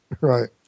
Right